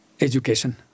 education